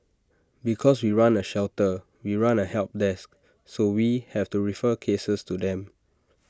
because we run A shelter we run A help desk so we have to refer cases to them